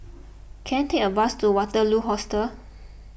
can I take a bus to Waterloo Hostel